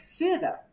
further